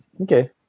Okay